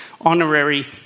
honorary